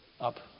up